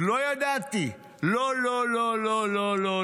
לא ידעתי, לא, לא.